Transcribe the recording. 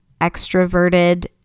extroverted